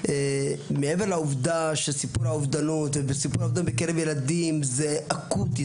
מעבר לעובדה שסיפור האובדנות בקרב ילדים זה אקוטי,